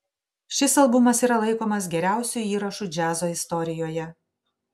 šis albumas yra laikomas geriausiu įrašu džiazo istorijoje